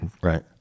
right